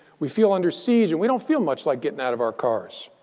we feel under siege, and we don't feel much like getting out of our cars.